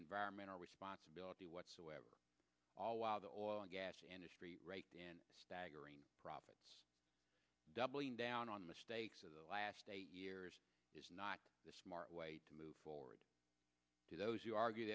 environmental responsibility whatsoever all while the oil and gas industry raked in staggering problems doubling down on mistakes of the last eight years is not a smart way to move forward to those who argue